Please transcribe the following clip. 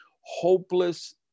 hopeless